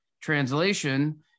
translation